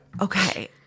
okay